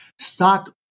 stock